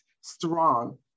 strong